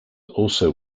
also